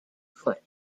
foot